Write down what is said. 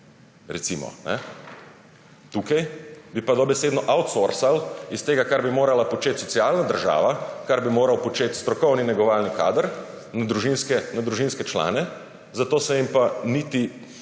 sestre? Tukaj bi pa dobesedno outsourcali iz tega, kar bi morala početi socialna država, kar bi moral početi strokovni negovalni kader, na družinske člane, za to se jim pa ne